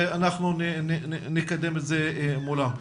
ואנחנו נקדם את זה מולם.